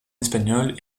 espagnol